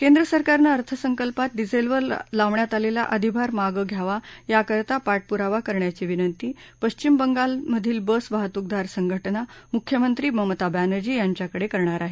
केंद्र सरकारनं अर्थसंकल्पात डिझेलवर लावण्यात आलेला अधिभार मागं घ्यावा याकरता पाठपुरावा करण्याची विनंती पश्चिम बंगालमधली बस वाहतूकदार संघटना मुख्यमंत्री ममता बॅनर्जी यांच्याकडे करणार आहे